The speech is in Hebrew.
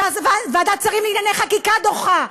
שוועדת שרים לענייני חקיקה דוחה.